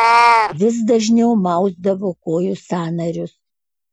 vis dažniau mausdavo kojų sąnarius